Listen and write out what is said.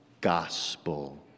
gospel